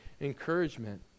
encouragement